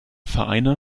vereine